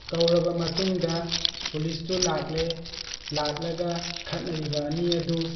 ꯀꯧꯔꯕ ꯃꯇꯨꯡꯗ ꯄꯨꯂꯤꯁꯇꯨ ꯂꯥꯛꯂꯦ ꯂꯥꯛꯂꯒ ꯈꯠꯅꯔꯤꯕ ꯑꯅꯤ ꯑꯗꯨ